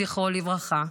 זכרו לברכה,